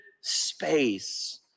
space